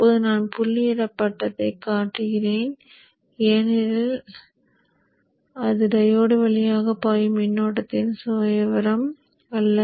இப்போது நான் புள்ளியிடப்பட்டதைக் காட்டுகிறேன் ஏனென்றால் அது டையோடு வழியாக பாயும் மின்னோட்டத்தின் சுயவிவரம் அல்ல